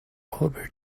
over